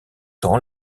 temps